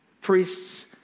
Priests